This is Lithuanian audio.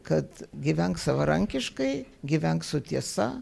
kad gyvenk savarankiškai gyvenk su tiesa